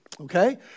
okay